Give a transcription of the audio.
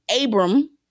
Abram